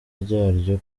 ryaryo